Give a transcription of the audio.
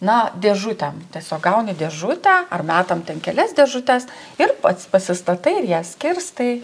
na dėžutėm tiesiog gauni dėžutę ar metam ten kelias dėžutes ir pats pasistatai ir ją skirstai